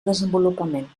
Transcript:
desenvolupament